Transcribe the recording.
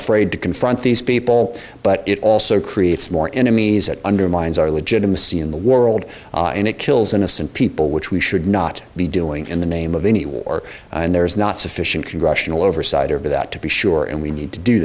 afraid to confront these people but it also creates more enemies that undermines our legitimacy in the world and it kills innocent people which we should not be doing in the name of any war and there is not sufficient congressional oversight over that to be sure and we need to do